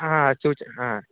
हा सूच् हा